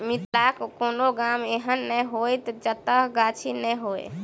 मिथिलाक कोनो गाम एहन नै होयत जतय गाछी नै हुए